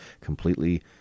completely